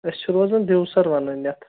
أسۍ چھِ روزان دِیوسَر وَنان یَتھ